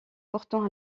pourtant